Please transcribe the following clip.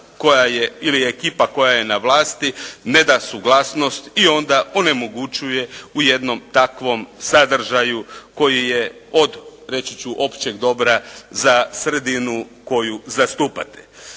koja je na vlasti ne da suglasnost i onda onemogućuje u jednom takvom sadržaju koji je od, reći ću općeg dobra za sredinu koju zastupate.